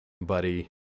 buddy